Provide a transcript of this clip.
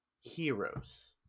heroes